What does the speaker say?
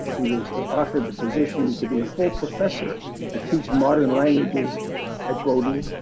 he was offered the position to be a full professor to teach modern languages at bowdoin,